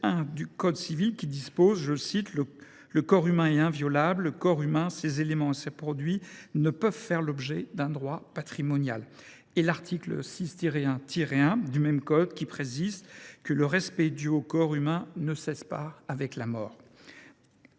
1 du code civil, qui dispose que « le corps humain est inviolable », et que « le corps humain, ses éléments et ses produits ne peuvent faire l’objet d’un droit patrimonial », et l’article 16 1 1 du même code, qui précise que « le respect dû au corps humain ne cesse pas avec la mort